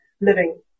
living